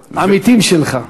בכל זאת, אנחנו עמיתים שלך.